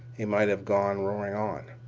he might have gone roaring on.